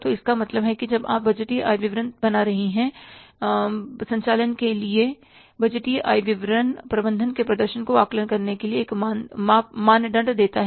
तो इसका मतलब है जब आप बजटीय आय विवरण बना रही हैं संचालन के लिए बजटीय आय विवरण प्रबंधन के प्रदर्शन को आकलन करने के लिए एक मानदंड देता है